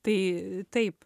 tai taip